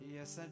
Yes